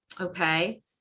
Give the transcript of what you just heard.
Okay